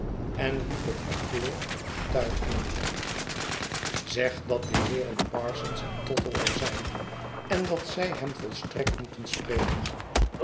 en liep het hek door den tuin in zeg dat de schetsen van boz i heeren parsons en tottle er zijn en dat zij hern volstrekt moeten spreken